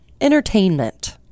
entertainment